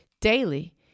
daily